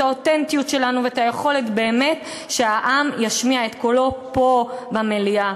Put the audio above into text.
האותנטיות שלנו ואת היכולת באמת שהעם ישמיע את קולו פה במליאה.